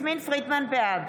בעד